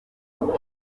abagore